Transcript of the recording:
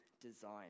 design